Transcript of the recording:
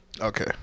Okay